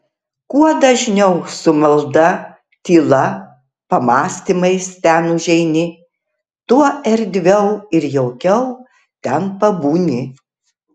kuo dažniau su malda tyla pamąstymais ten užeini tuo erdviau ir jaukiau ten pabūni